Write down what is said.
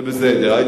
זה בסדר.